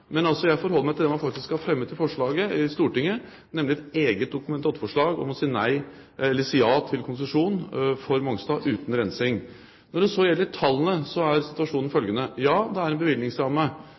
men jeg forholder meg til det man faktisk har fremmet i forslaget i Stortinget – nemlig et eget Dokument nr. 8-forslag om å si ja til konsesjon for Mongstad uten rensing. Når det så gjelder tallene, er situasjonen